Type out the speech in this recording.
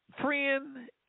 friend